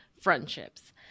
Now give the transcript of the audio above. friendships